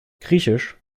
griechisch